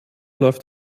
läuft